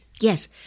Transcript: Yes